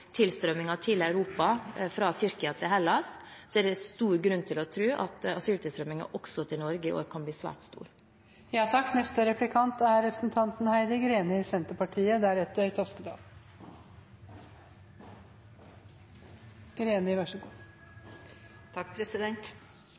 tilstrømningen til Europa – fra Tyrkia til Hellas – er det stor grunn til å tro at asyltilstrømningen til Norge i år også kan bli svært stor. Komiteens medlemmer fra Høyre og Fremskrittspartiet sier i en merknad at de i utgangspunktet er